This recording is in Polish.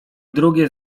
drugie